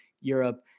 Europe